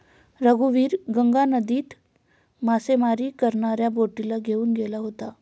रघुवीर गंगा नदीत मासेमारी करणाऱ्या बोटीला घेऊन गेला होता